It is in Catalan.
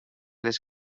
les